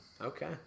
Okay